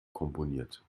komponiert